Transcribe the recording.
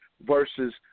Versus